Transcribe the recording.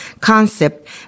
concept